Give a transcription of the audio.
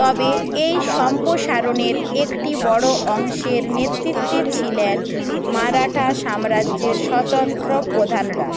তবে এই সম্প্রসারণের একটি বড় অংশের নেতৃত্বে ছিলেন মারাঠা সাম্রাজ্যের স্বতন্ত্র প্রধানরা